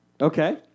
Okay